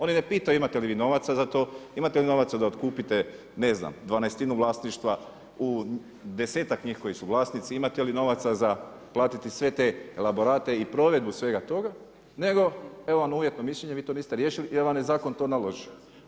Oni ne pitaju imate li vi novaca za to, imate li novaca da otkupite ne znam dvanaestinu vlasništva u desetak njih koji su vlasnici, imate li novaca za platiti sve te elaborate i provedbu svega toga nego evo vam uvjetno mišljenje, vi to niste riješili jer vam je zakon to naložio.